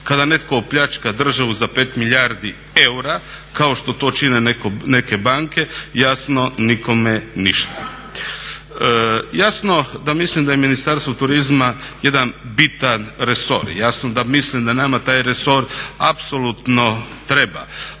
Kada netko opljačka državu za 5 milijardi eura kao što to čine neke banke jasno nikome ništa. Jasno da mislim da je Ministarstvo turizma jedan bitan resor, jasno da mislim da nama taj resor apsolutno treba